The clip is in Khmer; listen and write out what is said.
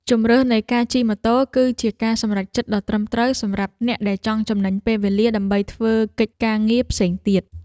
ជម្រើសនៃការជិះម៉ូតូគឺជាការសម្រេចចិត្តដ៏ត្រឹមត្រូវសម្រាប់អ្នកដែលចង់ចំណេញពេលវេលាដើម្បីធ្វើកិច្ចការងារផ្សេងទៀត។